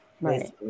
Right